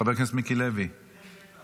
חבר הכנסת גלעד קריב, אינו נוכח.